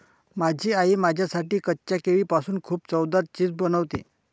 माझी आई माझ्यासाठी कच्च्या केळीपासून खूप चवदार चिप्स बनवते